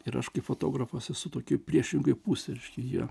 ir aš kaip fotografas esu tokioj priešingoj pusėj reiškia jie